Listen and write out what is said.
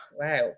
Wow